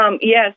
Yes